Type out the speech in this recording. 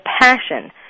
passion